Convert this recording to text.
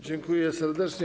Dziękuję serdecznie.